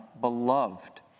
beloved